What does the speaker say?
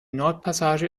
nordpassage